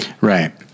Right